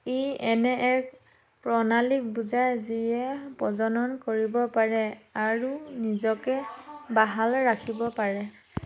ই এনে এক প্ৰণালীক বুজায় যিয়ে প্ৰজনন কৰিব পাৰে আৰু নিজকে বাহাল ৰাখিব পাৰে